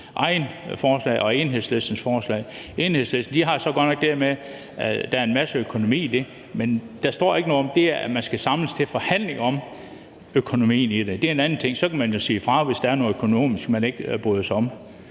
eget forslag og Enhedslistens forslag. I Enhedslistens er der en masse økonomi i, men der står ikke noget om økonomien. Der står, at man skal samles til forhandlinger om økonomien i det, og det er en anden ting; så kan man jo sige fra, hvis der er noget økonomisk, man ikke bryder sig om.